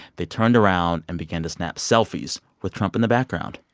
they turned around and began to snap selfies with trump in the background.